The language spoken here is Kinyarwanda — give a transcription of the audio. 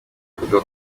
bivugwa